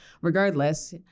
Regardless